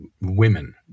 women